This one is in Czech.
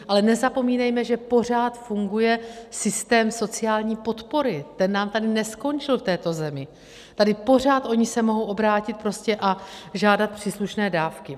Ale nezapomínejme, že pořád funguje systém sociální podpory, ten nám neskončil v této zemi, tady pořád oni se mohou obrátit a žádat příslušné dávky.